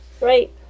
Right